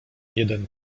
jeden